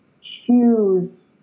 choose